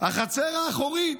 החצר האחורית,